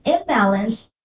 imbalance